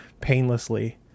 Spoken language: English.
painlessly